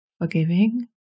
forgiving